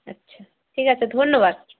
আচ্ছা ঠিক আছে ধন্যবাদ